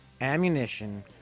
ammunition